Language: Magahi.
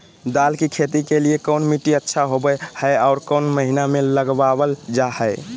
दाल की खेती के लिए कौन मिट्टी अच्छा होबो हाय और कौन महीना में लगाबल जा हाय?